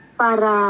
para